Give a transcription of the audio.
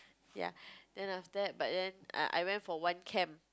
ya then after that but then I I went for one camp